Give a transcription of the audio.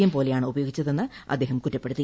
M പോലെയാണ് ഉപയോഗിച്ചതെന്ന് അദ്ദേഹം കുറ്റപ്പെടുത്തി